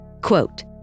Quote